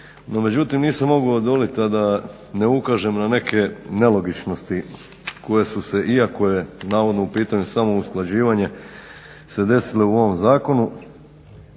međutim, nisam mogao odoljeti a da ne ukažem na neke nelogičnosti koje su se iako je navodno u pitanju samo usklađivanje se desile u ovom zakonu.